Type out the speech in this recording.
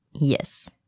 Yes